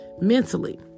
mentally